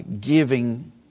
giving